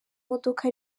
modoka